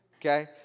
okay